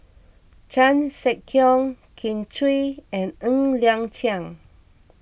Chan Sek Keong Kin Chui and Ng Liang Chiang